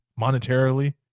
monetarily